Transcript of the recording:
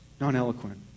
non-eloquent